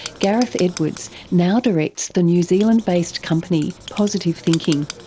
gareth edwards now directs the new zealand-based company positive thinking.